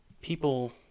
people